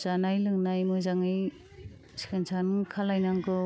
जानाय लोंनाय मोजाङै सिखोन साखोन खालायनांगौ